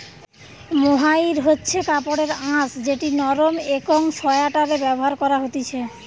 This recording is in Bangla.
মোহাইর হচ্ছে কাপড়ের আঁশ যেটি নরম একং সোয়াটারে ব্যবহার করা হতিছে